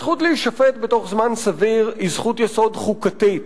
הזכות להישפט בתוך זמן סביר היא זכות יסוד חוקתית